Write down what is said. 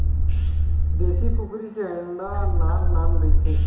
देसी कुकरी के अंडा नान नान रहिथे